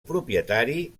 propietari